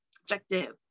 objective